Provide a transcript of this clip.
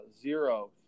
Zero